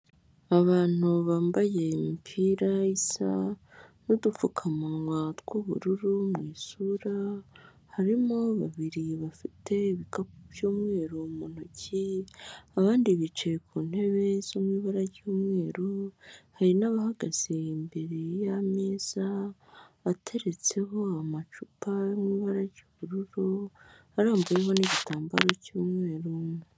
Abantu bambaye imipira isa n'udupfukamunwa tw'ubururu mu isura, harimo babiri bafite ibikapu by'umweru mu ntoki, abandi bicaye ku ntebe zo mu ibara ry'umweru, hari n'abahagaze imbere y'ameza ateretseho amacupa y'amabara ry'ubururu arambuyemo nigitambaro cy'umweru.